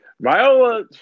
viola